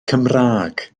cymraeg